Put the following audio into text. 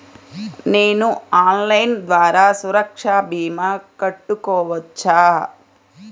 నేను ఆన్లైన్ ద్వారా సురక్ష భీమా కట్టుకోవచ్చా?